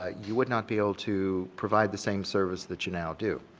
ah you would not be able to provide the same service that you now do,